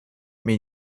mean